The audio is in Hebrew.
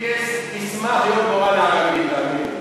אימא שלי תשמח להיות מורה לערבית, תאמין לי.